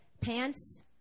pants